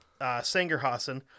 Sangerhausen